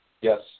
yes